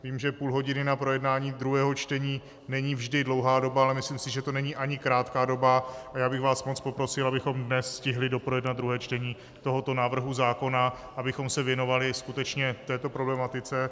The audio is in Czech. Vím, že půl hodiny na projednání druhého čtení není vždy dlouhá doba, ale myslím si, že to není ani krátká doba, a já bych vás moc poprosil, abychom dnes stihli doprojednat druhé čtení tohoto návrhu zákona, abychom se věnovali skutečně této problematice.